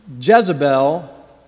Jezebel